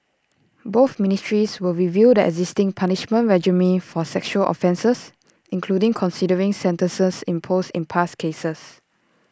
both ministries will review the existing punishment regime for sexual offences including considering sentences imposed in past cases